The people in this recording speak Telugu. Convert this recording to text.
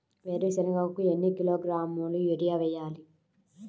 వేరుశనగకు ఎన్ని కిలోగ్రాముల యూరియా వేయాలి?